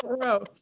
Gross